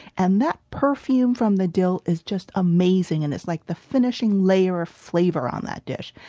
and that perfume from the dill is just amazing and it's like the finishing layer of flavor on that dish.